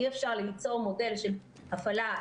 אי-אפשר למצוא מודל של הפעלה,